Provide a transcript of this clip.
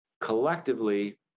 collectively